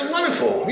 Wonderful